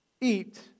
eat